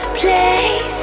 place